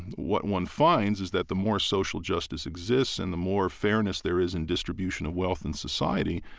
what one finds is that the more social justice exists and the more fairness there is in distribution of wealth in society,